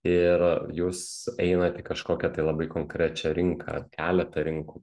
ir jūs einat į kažkokią tai labai konkrečią rinką ar keletą rinkų